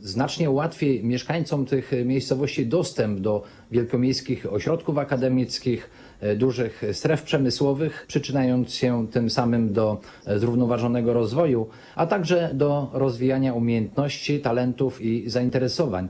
znacznie ułatwi mieszkańcom tych miejscowości dostęp do wielkomiejskich ośrodków akademickich, dużych stref przemysłowych, przyczyniając się tym samym do zrównoważonego rozwoju, a także do rozwijania umiejętności, talentów i zainteresowań.